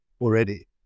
already